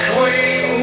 Queen